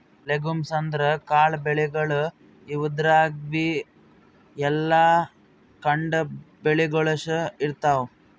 legumes ಅಂದ್ರ ಕಾಳ್ ಬೆಳಿಗೊಳ್, ಇವುದ್ರಾಗ್ಬಿ ಎಲಿ, ಕಾಂಡ, ಬೀಜಕೋಶಗೊಳ್ ಇರ್ತವ್